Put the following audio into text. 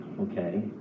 okay